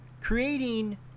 creating